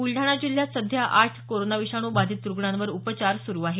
बुलडाणा जिल्ह्यात सध्या आठ कोरोना विषाणू बाधित रुग्णांवर उपचार सुरु आहेत